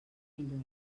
millores